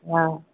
हँ